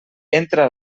entra